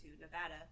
Nevada